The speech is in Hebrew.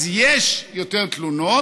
אז יש יותר תלונות,